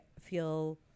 feel